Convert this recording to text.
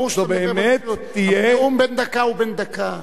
ברור שאתה מדבר ברצינות, נאום בן דקה הוא בן דקה.